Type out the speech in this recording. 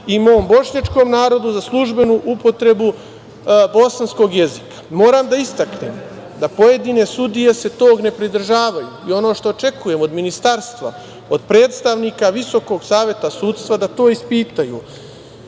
i mom Bošnjačkom narodu za službenu upotrebu bosanskog jezika. Moram da istaknem da pojedine sudije se tog ne pridržavaju, i ono što očekujem od Ministarstva, od predstavnika Visokog saveta sudstva, da to ispitaju.